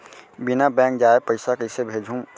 बिना बैंक जाए पइसा कइसे भेजहूँ?